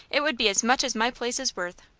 it would be as much as my place is worth.